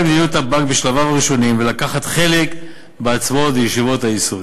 מדיניות הבנק בשלביו הראשונים ולהשתתף בהצבעות בישיבת היסוד.